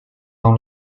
dans